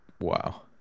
Wow